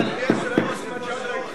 למה ממשלת קדימה לא הבינה,